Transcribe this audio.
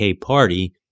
party